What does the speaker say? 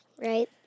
Right